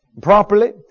properly